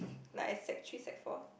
like I sec-three sec-four